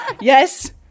Yes